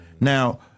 Now